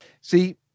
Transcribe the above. See